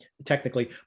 technically